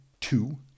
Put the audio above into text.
Two